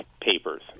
papers